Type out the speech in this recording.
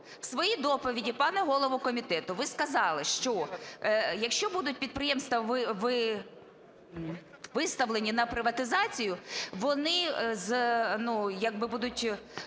В своїй доповіді, пане голово комітету, ви сказали, що, якщо будуть підприємства виставлені на приватизацію, вони як